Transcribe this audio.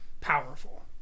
powerful